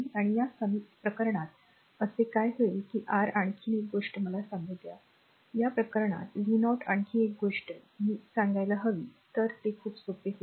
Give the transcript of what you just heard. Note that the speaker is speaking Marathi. आणि या प्रकरणात असे काय होईल की r आणखी एक गोष्ट मला सांगू द्या या प्रकरणात r v0 आणखी एक गोष्ट मी सांगायला हवी तर ते खूप सोपे होईल